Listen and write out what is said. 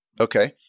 Okay